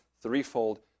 threefold